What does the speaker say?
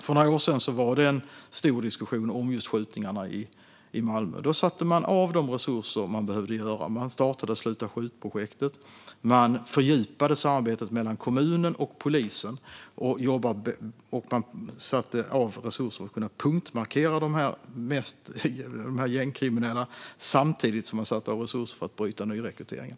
För några år sedan var det en stor diskussion om skjutningarna i Malmö, och då satte man av de resurser som krävdes. Man startade Sluta skjut-projektet, man fördjupade samarbetet mellan kommunen och polisen och man satte av resurser för att kunna punktmarkera de gängkriminella samtidigt som man satte av resurser för att bryta nyrekryteringen.